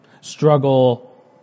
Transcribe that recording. struggle